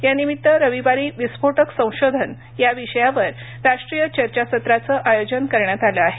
यानिमित्त रविवारी विस्फोटक संशोधन या विषयावर् राष्ट्रीय चर्चासत्राचं आयोजन करण्यात आलं आहे